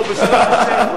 בסדר.